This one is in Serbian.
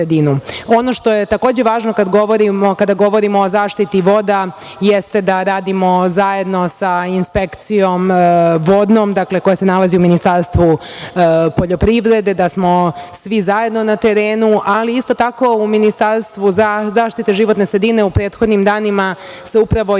što je takođe važno kada govorimo o zaštiti voda, jeste da radimo zajedno sa inspekcijom vodnom, koja se nalazi u Ministarstvu poljoprivrede, da smo svi zajedno na terenu, ali isto tako u Ministarstvu za zaštite životne sredine u prethodnim danima se upravo i